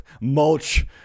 mulch